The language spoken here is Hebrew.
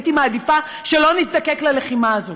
הייתי מעדיפה שלא נזדקק ללחימה הזאת.